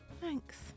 thanks